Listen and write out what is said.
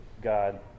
God